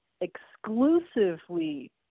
exclusively